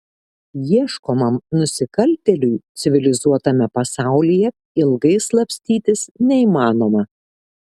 ieškomam nusikaltėliui civilizuotame pasaulyje ilgai slapstytis neįmanoma